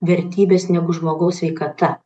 vertybės negu žmogaus sveikata